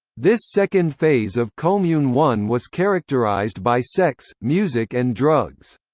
this second phase of kommune one was characterized by sex, music and drugs.